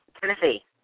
Tennessee